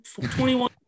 21